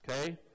Okay